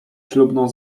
ślubną